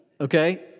okay